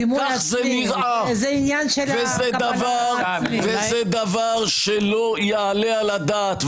וזה דבר שלא יעלה על הדעת.